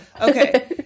Okay